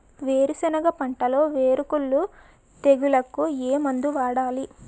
వేరుసెనగ పంటలో వేరుకుళ్ళు తెగులుకు ఏ మందు వాడాలి?